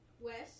West